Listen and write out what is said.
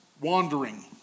wandering